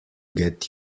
get